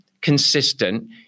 consistent